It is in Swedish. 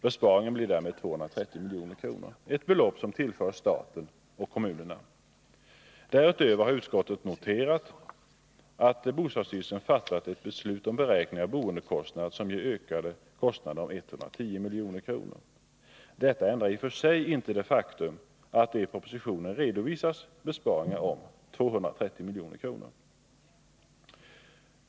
Besparingen blir därmed 230 milj.kr. — ett belopp som tillförs staten och kommunerna. Därutöver har utskottet noterat att bostadsstyrelsen fattat ett beslut om beräkning av boendekostnad som ger ökade kostnader på 110 milj.kr. Detta ändrar i och för sig inte det faktum att det i propositionen redovisas besparingar på 230 milj.kr.